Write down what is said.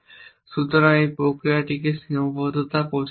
সুতরাং এই প্রক্রিয়াটিকে সীমাবদ্ধতা প্রচার বলা হয়